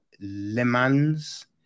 Lemans